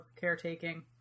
caretaking